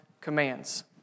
commands